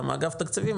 גם אגף תקציבים,